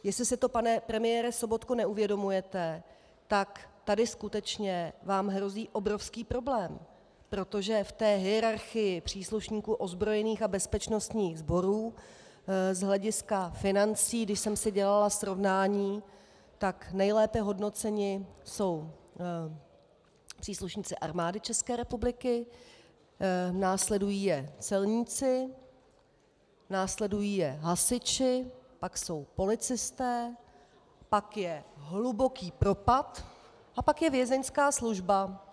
Jestli si to, pane premiére Sobotko, neuvědomujete, tak tady skutečně vám hrozí obrovský problém, protože v té hierarchii příslušníků ozbrojených a bezpečnostních sborů z hlediska financí, když jsem si dělala srovnání, nejlépe hodnoceni jsou příslušníci Armády České republiky, následují je celníci, následují je hasiči, pak jsou policisté, pak je hluboký propad a pak je vězeňská služba.